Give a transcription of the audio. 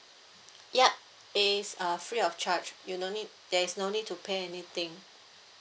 yup it's uh free of charge you no need there is no need to pay anything